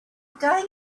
going